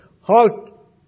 Halt